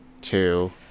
two